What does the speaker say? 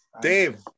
Dave